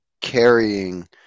carrying